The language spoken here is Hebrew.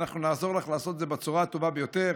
ואנחנו נעזור לך לעשות את זה בצורה הטובה ביותר.